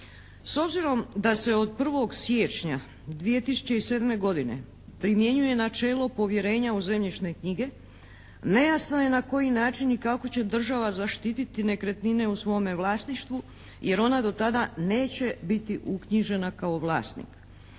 S obzirom da se od 1. siječnja 2007. godine primjenjuje načelo povjerenja u zemljišne knjige nejasno je na koji način i kako će država zaštititi nekretnine u svome vlasništvu jer ona do tada neće biti uknjižena kao vlasnik.